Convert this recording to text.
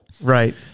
Right